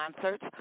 concerts